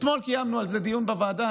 אתמול קיימנו על זה דיון בוועדה.